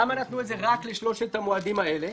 למה נתנו את זה רק לשלושת המועדים האלה?